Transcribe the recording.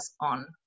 on